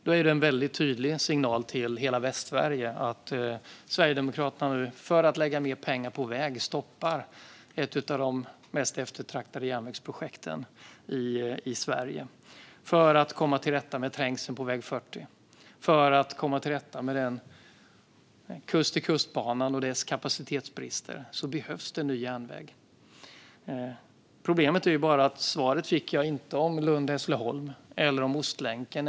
Då är det en väldigt tydlig signal till hela Västsverige att Sverigedemokraterna nu, för att i stället lägga mer pengar på väg, stoppar ett av de mest eftertraktade järnvägsprojekten i Sverige. För att komma till rätta med trängseln på väg 40 och för att komma till rätta med Kust till kust-banan och dess kapacitetsbrister behövs det ny järnväg. Problemet är att jag inte fick något svar om Lund-Hässleholm eller om Ostlänken.